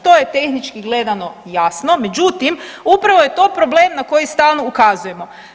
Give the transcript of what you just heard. To je tehnički gledano jasno, međutim upravo je to problem na koji stalno ukazujemo.